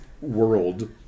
world